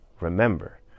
remember